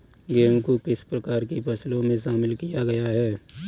गेहूँ को किस प्रकार की फसलों में शामिल किया गया है?